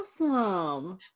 awesome